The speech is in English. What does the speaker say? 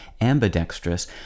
ambidextrous